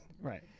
Right